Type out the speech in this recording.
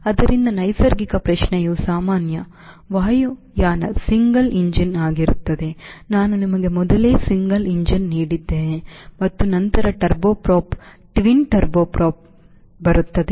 ಆದ್ದರಿಂದ ನೈಸರ್ಗಿಕ ಪ್ರಶ್ನೆಯು ಸಾಮಾನ್ಯ ವಾಯುಯಾನ ಸಿಂಗಲ್ ಎಂಜಿನ್ ಆಗಿರುತ್ತದೆ ನಾನು ನಿಮಗೆ ಮೊದಲೇ ಸಿಂಗಲ್ ಎಂಜಿನ್ ನೀಡಿದ್ದೇನೆ ಮತ್ತು ನಂತರ turboprop twin turboprop ಬರುತ್ತದೆ